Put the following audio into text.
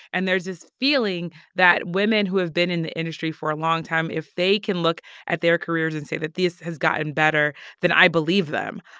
and there's this feeling that women who have been in the industry for long time, if they can look at their careers and say that this has gotten better than i believe them,